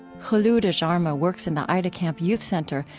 kholoud ajarma works in the aida camp youth center,